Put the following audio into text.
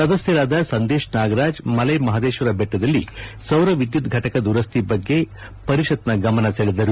ಸದಸ್ಕರಾದ ಸಂದೇಶ್ ನಾಗರಾಜ್ ಮಲೈ ಮಹಾದೇಶ್ವರ ಬೆಟ್ಟದಲ್ಲಿ ಸೌರ ವಿದ್ಯುತ್ ಫಟಕ ದುರಸ್ತಿ ಬಗ್ಗೆ ಪರಿಷತ್ನ ಗಮನ ಸೆಳೆದರು